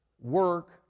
Work